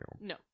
No